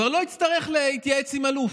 הוא כבר לא יצטרך להתייעץ עם אלוף.